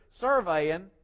surveying